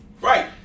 Right